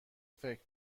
فکر